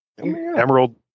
Emerald